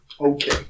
Okay